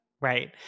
right